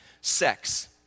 sex